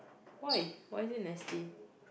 why why is it nasty